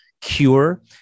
cure